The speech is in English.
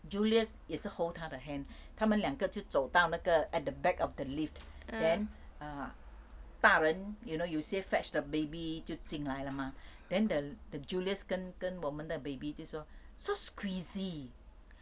julius 也是 hold 她的 hand 他们两个就走到那个 at the back of the lift then err 大人 you know 有些 fetch the baby 就进来了 mah then the the julius 跟跟我们的 baby 就说 so squeezy